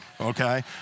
okay